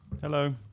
Hello